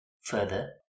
Further